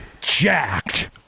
jacked